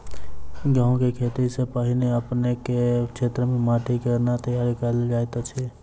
गेंहूँ केँ खेती सँ पहिने अपनेक केँ क्षेत्र मे माटि केँ कोना तैयार काल जाइत अछि?